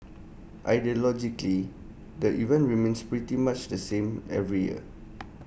ideologically the event remains pretty much the same every year